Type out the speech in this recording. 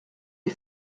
les